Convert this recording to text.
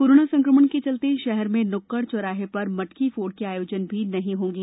corona संक्रमण के चलते शहर में नुक्कड़ चौराहे पर मटकी फोड़ के आयोजन भी नहीं होंगे